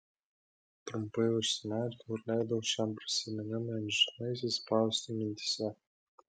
trumpai užsimerkiau ir leidau šiam prisiminimui amžinai įsispausti mintyse